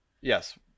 Yes